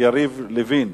אין מתנגדים ואין נמנעים.